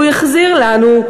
הוא החזיר לנו,